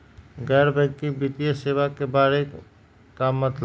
गैर बैंकिंग वित्तीय सेवाए के बारे का मतलब?